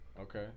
Okay